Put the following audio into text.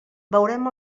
veurem